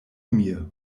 mir